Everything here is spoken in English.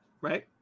right